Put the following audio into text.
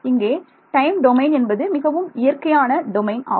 இங்கே time domain என்பது மிகவும் இயற்கையான டொமைன் ஆகும்